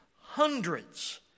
hundreds